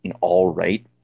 all-right